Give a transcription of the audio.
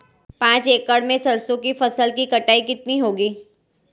पांच एकड़ में सरसों की फसल की कटाई कितनी होगी?